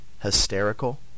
hysterical